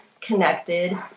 connected